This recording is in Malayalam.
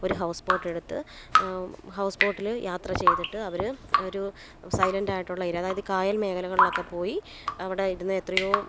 ഒരു ഹൗസ് ബോട്ടെടുത്ത് ഹൗസ് ബോട്ടില് യാത്ര ചെയ്തിട്ട് അവര് ഒരു സൈലന്റ്റായിട്ടുള്ള ഏരിയ അതായത് ഈ കായല് മേഖലകളിലൊക്കെ പോയി അവിടെ ഇരുന്ന് എത്രയോ